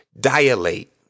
dilate